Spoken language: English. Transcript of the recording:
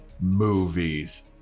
movies